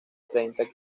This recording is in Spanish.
treinta